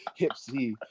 Hipsy